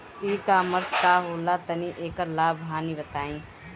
ई कॉमर्स का होला तनि एकर लाभ हानि बताई?